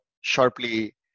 sharply